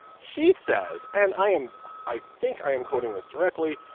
she says and i am i think i am quoting this correctly.